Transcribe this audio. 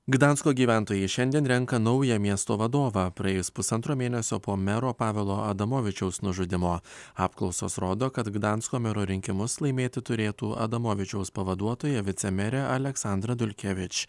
gdansko gyventojai šiandien renka naują miesto vadovą praėjus pusantro mėnesio po mero pavelo adamovičiaus nužudymo apklausos rodo kad gdansko mero rinkimus laimėti turėtų adamovičiaus pavaduotoja vicemerė aleksandra dulkevič